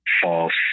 false